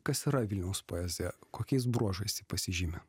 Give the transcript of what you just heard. kas yra vilniaus poezija kokiais bruožais ji pasižymi